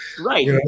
Right